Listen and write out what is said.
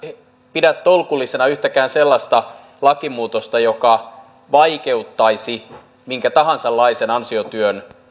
pidä tolkullisena yhtäkään sellaista lakimuutosta joka vaikeuttaisi minkälaisen tahansa ansiotyön